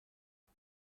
بشه